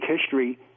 history